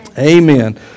Amen